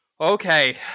okay